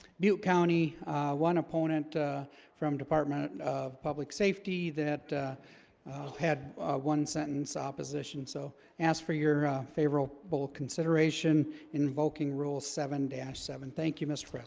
mute county one opponent from department of public safety that had one sentence opposition so ask for your favorable but consideration invoking rule seven seven thank you mr. president,